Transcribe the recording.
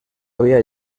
había